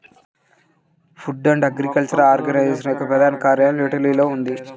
food and agriculture organisation యొక్క ప్రధాన కార్యాలయం ఇటలీలో ఉంది